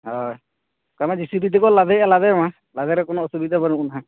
ᱦᱳᱭ ᱚᱠᱟᱢᱟ ᱡᱮ ᱥᱤ ᱵᱤ ᱛᱮᱠᱚ ᱞᱟᱫᱮᱭᱮᱫ ᱞᱟᱫᱮ ᱢᱟ ᱞᱟᱫᱮᱨᱮ ᱠᱳᱱᱳ ᱚᱥᱩᱵᱤᱫᱷᱟ ᱵᱟᱹᱱᱩᱜᱼᱟ ᱱᱟᱦᱟᱜ